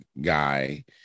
guy